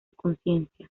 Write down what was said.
conciencia